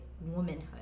womanhood